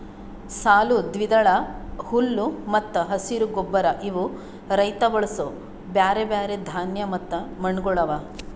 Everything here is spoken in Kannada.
ಸಾಲು, ದ್ವಿದಳ, ಹುಲ್ಲು ಮತ್ತ ಹಸಿರು ಗೊಬ್ಬರ ಇವು ರೈತ ಬಳಸೂ ಬ್ಯಾರೆ ಬ್ಯಾರೆ ಧಾನ್ಯ ಮತ್ತ ಮಣ್ಣಗೊಳ್ ಅವಾ